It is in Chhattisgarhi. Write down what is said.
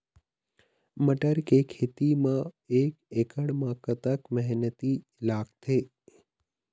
मटर के खेती म एक एकड़ म कतक मेहनती लागथे?